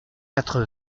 quatre